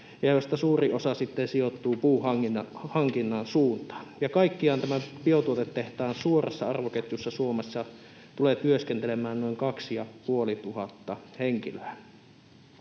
joista suuri osa sitten sijoittuu puuhankinnan suuntaan. Ja kaikkiaan tämän biotuotetehtaan suorassa arvoketjussa Suomessa tulee työskentelemään noin 2 500 henkilöä.